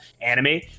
anime